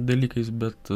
dalykais bet